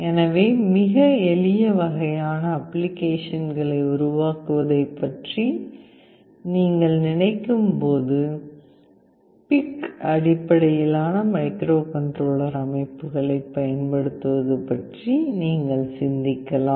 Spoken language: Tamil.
எனவே மிக எளிய வகையான அப்ளிகேஷன்களை உருவாக்குவதை பற்றி நீங்கள் நினைக்கும் போது PIC அடிப்படையிலான மைக்ரோகண்ட்ரோலர் அமைப்புகளைப் பயன்படுத்துவது பற்றி நீங்கள் சிந்திக்கலாம்